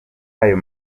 ayo